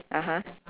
(uh huh)